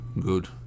good